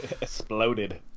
Exploded